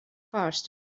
faster